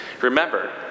Remember